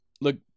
look